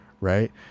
Right